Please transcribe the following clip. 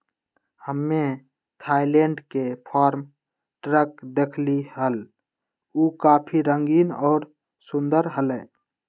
हम्मे थायलैंड के farm truck देखली हल, ऊ काफी रंगीन और सुंदर हलय